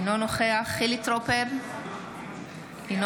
אינו נוכח חילי טרופר, אינו